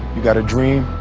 you got a dream,